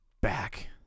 back